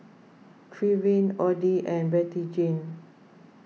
Trevin Oddie and Bettyjane